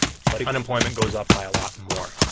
but unemployment goes up by a lot more.